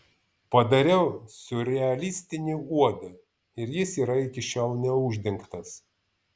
padariau siurrealistinį uodą ir jis yra iki šiol neuždengtas